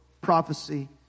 prophecy